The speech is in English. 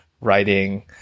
writing